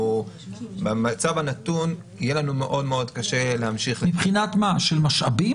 במצב הנתון יהיה לנו מאוד קשה להמשיך --- מבחינת משאבים?